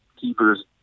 keepers